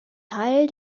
teil